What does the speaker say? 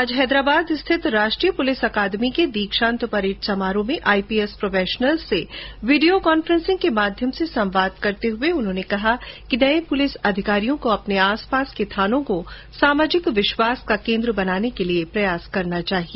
आज हैदराबाद स्थित राष्ट्रीय पुलिस अकादमी के दीक्षांत परेड समारोह में आईपीएस प्रोबेश्नर्स से वीडियो कॉफेंन्सिंग के माध्यम से संवाद करते हुए उन्होंने कहा कि नए पुलिस अधिकारियों को अपने आस पास के थानों को सामाजिक विश्वास का केन्द्र बनाने के लिए प्रयास करना चाहिए